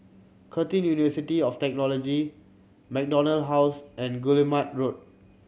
Curtin University of Technology MacDonald House and Guillemard Road